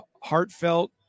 heartfelt